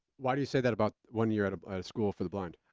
why do you say that about one year at a school for the blind?